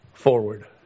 forward